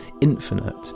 infinite